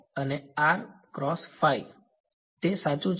વિદ્યાર્થી